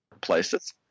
places